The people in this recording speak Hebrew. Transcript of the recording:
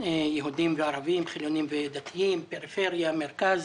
יהודים וערבים, חילונים ודתיים, פריפריה ומרכז.